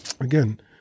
Again